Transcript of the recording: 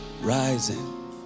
rising